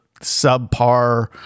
subpar